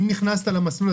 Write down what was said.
אם נכנסת למסלול,